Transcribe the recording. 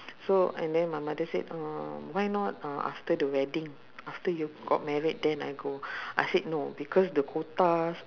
so and then my mother said uh why not uh after the wedding after you got married then I go I said no because the quota